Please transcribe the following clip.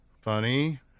funny